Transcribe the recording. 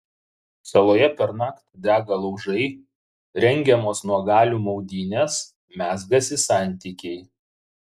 saloje pernakt dega laužai rengiamos nuogalių maudynės mezgasi santykiai